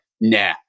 nah